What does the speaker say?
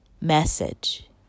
message